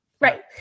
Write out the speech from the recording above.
Right